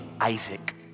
Isaac